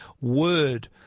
Word